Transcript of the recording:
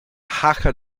hakka